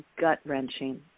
gut-wrenching